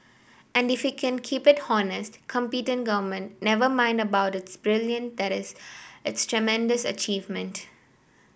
and if we can keep it honest competent government never mind about its brilliant that is a tremendous achievement